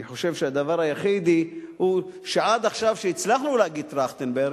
אני חושב שהדבר היחיד הוא שעד עכשיו כשהצלחנו להגיד "טרכטנברג"